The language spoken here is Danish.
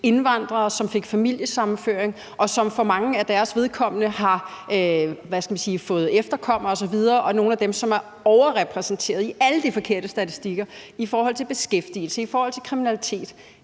indvandrere, som fik familiesammenføring, og som for manges vedkommende har fået efterkommere osv., og som er nogle af dem, som er overrepræsenteret i alle de forkerte statistikker, altså i forhold til beskæftigelse og i forhold til kriminalitet.